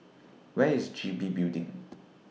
Where IS G B Building